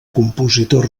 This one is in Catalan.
compositor